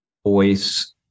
voice